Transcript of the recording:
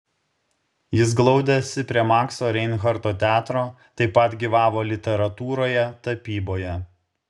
jis glaudėsi prie makso reinharto teatro taip pat gyvavo literatūroje tapyboje